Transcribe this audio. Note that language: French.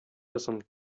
soixante